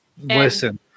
Listen